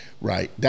Right